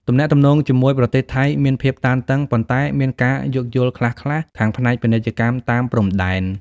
ទំនាក់ទំនងជាមួយប្រទេសថៃមានភាពតានតឹង ប៉ុន្តែមានការយោគយល់ខ្លះៗខាងផ្នែកពាណិជ្ជកម្មតាមព្រំដែន។